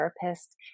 therapist